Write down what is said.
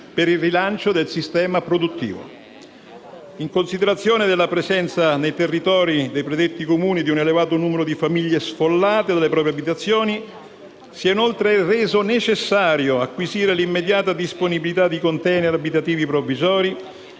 per il rilancio del sistema produttivo. In considerazione della presenza nei territori dei predetti Comuni di un elevato numero di famiglie sfollate dalle proprie abitazioni, si è inoltre reso necessario acquisire l'immediata disponibilità di *container* abitativi provvisori,